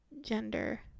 gender